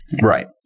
Right